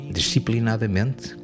disciplinadamente